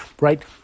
right